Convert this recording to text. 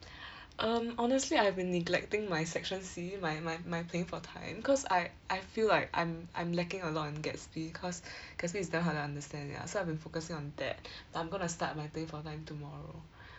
um honestly I have been neglecting my section C my my my playing for time cause I I feel like I'm I'm lacking a lot in Gatsby cause Gatsby is very hard to understand so I'm gonna focus on that but I'm going to start my playing for time tomorrow